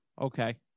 okay